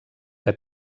que